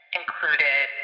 included